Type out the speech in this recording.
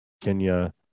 kenya